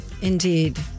Indeed